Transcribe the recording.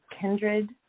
kindred